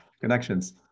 connections